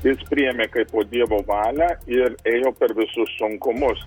jis priėmė kaipo dievo valią ir ėjo per visus sunkumus